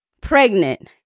pregnant